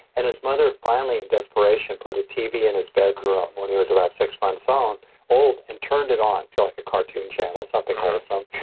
and his mother finally in desperation put a tv in his bedroom when he was about six months um old and turned it on, to like a cartoon channel, something called assam